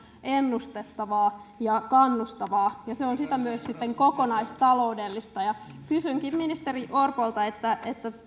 ennustettavaa ja kannustavaa ja se on siten myös kokonaistaloudellista kysynkin ministeri orpolta